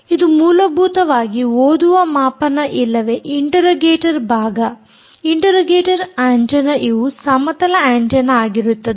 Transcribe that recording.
ಇದು ಮೂಲಭೂತವಾಗಿ ಓದುವ ಮಾಪನ ಇಲ್ಲವೇ ಇಂಟೆರೋಗೇಟರ್ ಭಾಗ ಇಂಟೆರೋಗೇಟರ್ ಆಂಟೆನ್ನ ಇವು ಸಮತಲ ಆಂಟೆನ್ನ ಆಗಿರುತ್ತದೆ